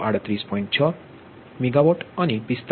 6 અને મેગાવાટ અને 45